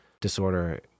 disorder